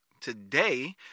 Today